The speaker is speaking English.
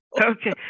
Okay